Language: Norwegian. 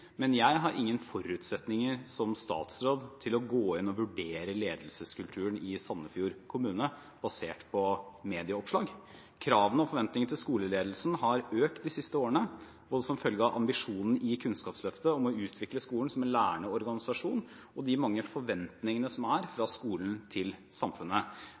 men jeg har ingen forutsetninger som statsråd til å gå inn og vurdere ledelseskulturen i Sandefjord kommune basert på medieoppslag. Kravene og forventningene til skoleledelsen har økt de siste årene, både som følge av ambisjonen i Kunnskapsløftet om å utvikle skolen som en lærende organisasjon og de mange forventningene samfunnet har til